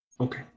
Okay